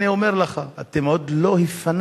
אני אומר לך, אתם עוד לא הפנמתם,